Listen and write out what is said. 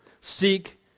seek